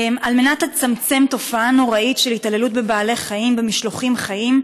על מנת לצמצם תופעה נוראית של התעללות בבעלי חיים במשלוחים חיים,